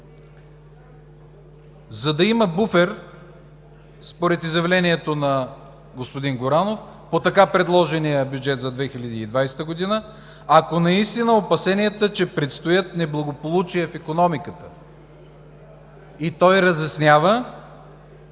за да има буфер според изявлението на господин Горанов по така предложения бюджет за 2020 г., ако наистина опасенията, че предстоят неблагополучия в икономиката... И той разяснява,